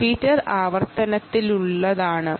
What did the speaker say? repeater പ്രവർത്തനത്തിനുള്ളതാണിത്